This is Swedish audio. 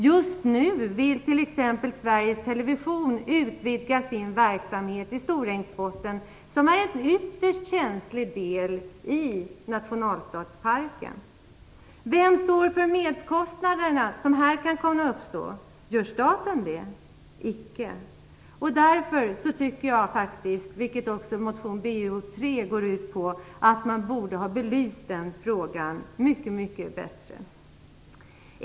Just nu vill t.ex. Sveriges television utvidga sin verksamhet vid Storängsbotten. Det är en mycket känslig del av nationalstadsparken. Vem står för de merkostnader som kan komma att uppstå här? Gör staten det? Icke. Jag tycker därför att man borde ha belyst den frågan mycket bättre, vilket motion Bo3 går ut på.